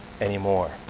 anymore